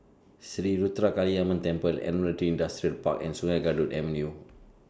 Sri Ruthra Kaliamman Temple Admiralty Industrial Park and Sungei Kadut Avenue